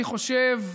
אני חושב,